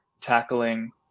tackling